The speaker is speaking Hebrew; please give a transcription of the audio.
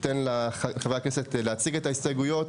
ניתן לחברי הכנסת להציג את ההסתייגויות,